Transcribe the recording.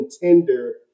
contender